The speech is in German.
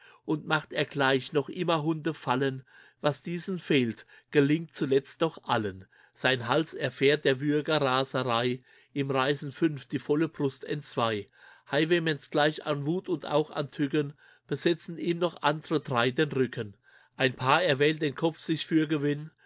und macht er gleich noch immer hunde fallen was diesen fehlt gelingt zuletzt doch allen sein hals erfährt der würger raserei ihm reißen fünf die volle brust entzwei highwaymans gleich an wut und auch an tücken besetzen ihm noch andre drei den rücken ein paar erwählt den kopf sich für gewinn